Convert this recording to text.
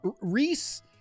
Reese